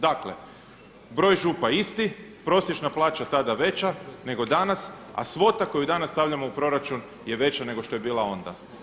Dakle broj Župa isti, prosječna plaća tada veća nego danas a svota koju danas stavljamo u proračun je veća nego što je bila onda.